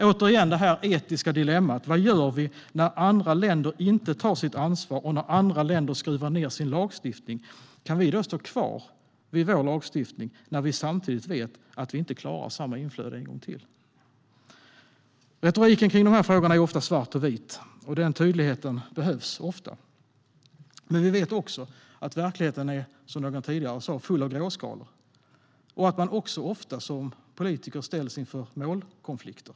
Återigen står vi här med det etiska dilemmat. Vad gör vi när andra länder inte tar sitt ansvar och när andra länder skruvar ned sin lagstiftning? Kan vi då stå kvar vid vår lagstiftning när vi samtidigt vet att vi inte klarar samma inflöde en gång till? Retoriken i dessa frågor är ofta svart och vit. Den tydligheten behövs ofta. Men vi vet också att verkligheten är, som någon sa tidigare, full av gråskalor och att vi politiker ofta ställs inför målkonflikter.